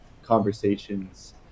Conversations